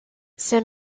ces